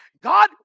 God